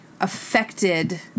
affected